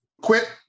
quit